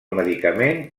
medicament